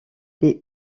des